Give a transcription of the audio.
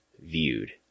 viewed